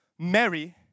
Mary